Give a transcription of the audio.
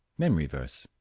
memory verse,